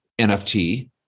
NFT